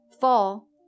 fall